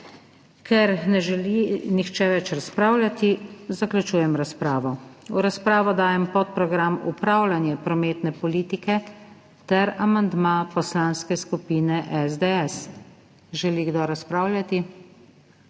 Ker ne želi nihče več razpravljati, zaključujem razpravo. V razpravo dajem podprogram Upravljanje prometne politike ter amandma Poslanske skupine SDS. Želi kdo razpravljati?